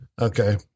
Okay